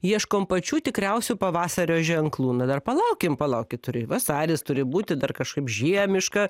ieškom pačių tikriausių pavasario ženklų na dar palaukim palaukit turi vasaris turi būti dar kažkaip žiemiška